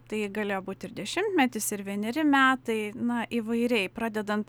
tai galėjo būti ir dešimtmetis ir vieneri metai na įvairiai pradedant